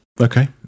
okay